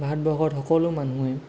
ভাৰতবৰ্ষত সকলো মানুহে